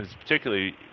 particularly